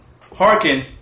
Hearken